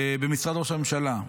במשרד ראש הממשלה,